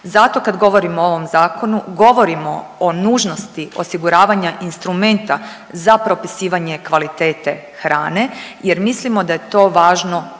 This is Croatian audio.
Zato kada govorimo o ovom zakonu govorimo o nužnosti osiguravanja instrumenta za propisivanje kvalitete hrane jer mislimo da je to važno